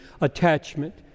attachment